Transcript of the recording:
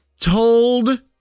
Told